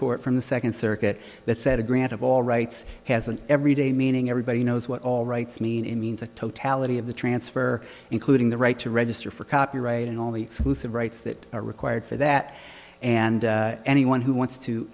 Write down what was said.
court from the second circuit that said a grant of all rights has an every day meaning everybody knows what all rights mean it means the totality of the transfer including the right to register for copyright and all the exclusive rights that are required for that and anyone who wants to